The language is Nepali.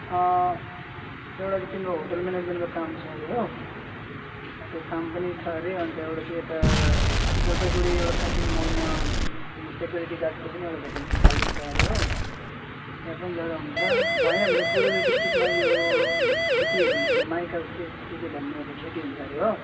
एउटा त तिम्रो होटल म्यानेजमेन्टको काम छ अरे हो त्यो काम पनि छ अरे अन्त एउटा चाहिँ यता जलपाइगुडी एउटा सपिङ मलमा तिम्रो सेक्युरिटी गार्डको पनि एउटा भ्याकेन्सी खाली छ अरे हो त्यहाँ पनि जाँदा हुन्छ भएन भने पुरुलिया डिस्ट्रिकमा यो खेतीहरू हुन्छ अरे माइकाको के के के भन्नेहरू खेती हुन्छ अरे हो